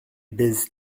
baise